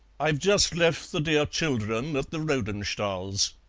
i've just left the dear children at the rodenstahls',